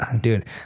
Dude